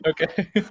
Okay